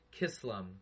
Kislam